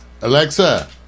Alexa